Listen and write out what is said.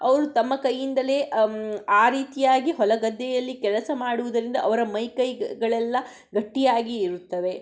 ಅವರು ತಮ್ಮ ಕೈಯಿಂದಲೇ ಆ ರೀತಿಯಾಗಿ ಹೊಲ ಗದ್ದೆಯಲ್ಲಿ ಕೆಲಸ ಮಾಡುದರಿಂದ ಅವರ ಮೈ ಕೈಗಳೆಲ್ಲ ಗಟ್ಟಿಯಾಗಿ ಇರುತ್ತವೆ